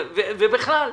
ובכלל,